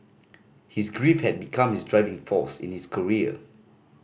his grief had become his driving force in his career